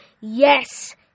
Yes